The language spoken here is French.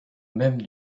même